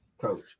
coach